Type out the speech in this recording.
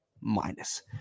minus